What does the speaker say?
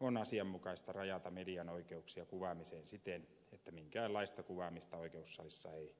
on asianmukaista rajata median oikeuksia kuvaamiseen siten että minkäänlaista kuvaamista oikeussalissa ei sallita